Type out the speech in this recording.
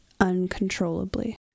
uncontrollably